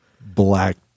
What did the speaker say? black